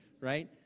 right